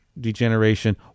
degeneration